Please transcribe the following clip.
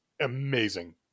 amazing